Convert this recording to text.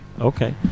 Okay